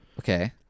okay